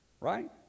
Right